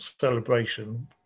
celebration